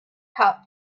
cup